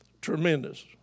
tremendous